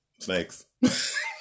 Snakes